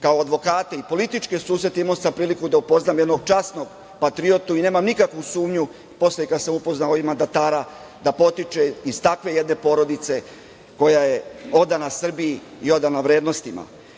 kao advokate i političke susrete imao sam priliku da upoznam jednog časnog patriotu i nemam nikakvu sumnju posle kad sam upoznao i mandatara da potiče iz takve jedne porodice koja je odana Srbiji i odana vrednostima. Zahvaljujem